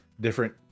different